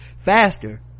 faster